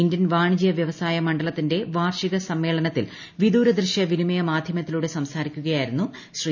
Indian വാണിജ്യ വ്യവസായ മണ്ഡലത്തിന്റെ വാർഷീക് സമ്മേളനത്തിൽ വിദൂര ദൃശ്യ വിനിമയ മാധ്യമത്തിലൂടെ സംസാരിക്കുകയായിരുന്നു ശ്രീ